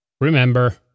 remember